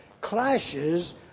clashes